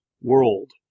world